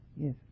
Yes